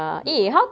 dapat